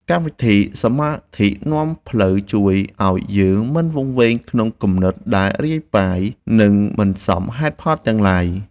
កម្មវិធីសមាធិនាំផ្លូវជួយឱ្យយើងមិនវង្វេងក្នុងគំនិតដែលរាយប៉ាយ និង មិនសមហេតុផលទាំងឡាយ។